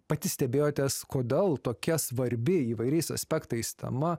pati stebėjotės kodėl tokia svarbi įvairiais aspektais tema